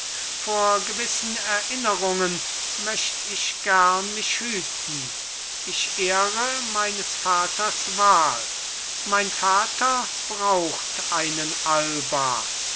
vor gewissen erinnerungen möcht ich gern mich hüten ich ehre meines vaters wahl mein vater braucht einen alba